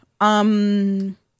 um